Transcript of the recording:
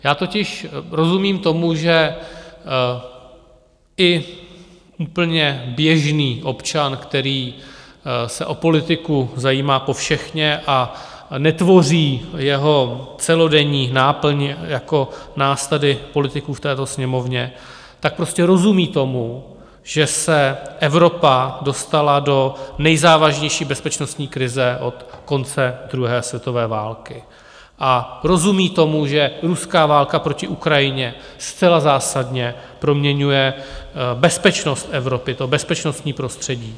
Já totiž rozumím tomu, že i úplně běžný občan, který se o politiku zajímá povšechně a netvoří jeho celodenní náplň jako nás tady politiků v této Sněmovně, tak prostě rozumí tomu, že se Evropa dostala do nejzávažnější bezpečnostní krize od konce druhé světové války, a rozumí tomu, že ruská válka proti Ukrajině zcela zásadně proměňuje bezpečnost Evropy, to bezpečnostní prostředí.